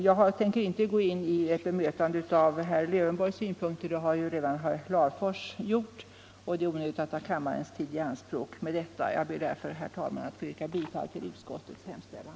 Jag tänker inte gå in i något bemötande av herr Lövenborgs synpunkter — det har herr Larfors redan gjort, varför det är onödigt att ta kammarens tid i anspråk med detta. Jag ber därför, herr talman, att få yrka bifall till utskottets hemställan.